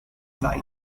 ligand